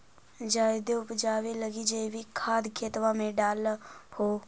जायदे उपजाबे लगी जैवीक खाद खेतबा मे डाल हो?